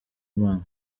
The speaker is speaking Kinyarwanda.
imana